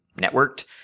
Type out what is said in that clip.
networked